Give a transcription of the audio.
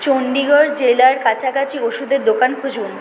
চণ্ডীগড় জেলার কাছাকাছি ওষুধের দোকান খুঁজুন